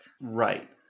Right